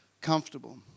comfortable